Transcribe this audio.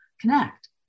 connect